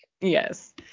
Yes